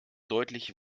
deutlich